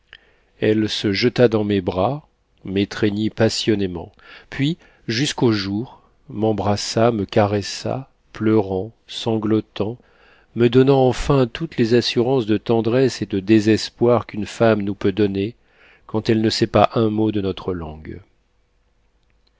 elle se jeta dans mes bras m'étreignit passionnément puis jusqu'au jour m'embrassa me caressa pleurant sanglotant me donnant enfin toutes les assurances de tendresse et de désespoir qu'une femme nous peut donner quand elle ne sait pas un mot de notre langue